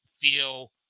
feel –